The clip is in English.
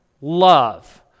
love